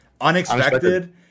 unexpected